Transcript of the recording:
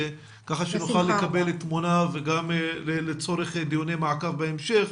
כך שנוכל לקבל תמונה וגם לצורך דיוני מעקב בהמשך.